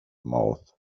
mouth